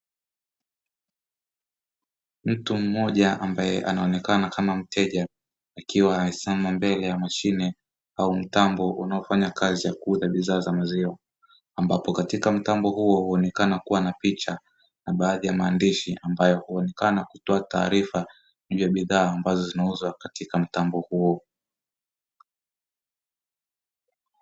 Mtu mmoja ambaye anaonekana kama mteja akiwa amesimama mbele ya mashine au mtambo unaofanya kazi ya kuuza bidhaa za maziwa, ambapo katika mtambo huo huonekena kuwa na picha na baadhi ya maandishi ambayo huonekena kutoa taarifa juu ya bidhaa ambazo zinauzwa katika mtambo huo.